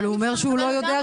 אבל הוא אומר שהוא לא יודע,